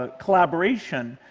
ah collaboration.